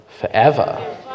forever